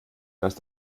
dass